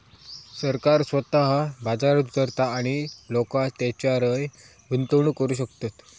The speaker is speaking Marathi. सरकार स्वतः बाजारात उतारता आणि लोका तेच्यारय गुंतवणूक करू शकतत